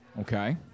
Okay